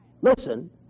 listen